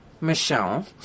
Michelle